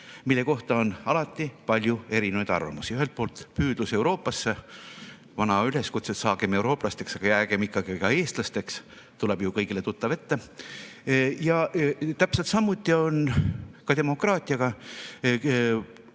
mille kohta on alati palju erinevaid arvamusi. Ühelt poolt püüdlus Euroopasse, vana üleskutse "Saagem eurooplasteks, aga jäägem ikkagi ka eestlasteks!" tuleb ju kõigile tuttav ette. Täpselt samuti on demokraatiaga.